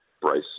Bryce